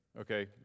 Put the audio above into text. Okay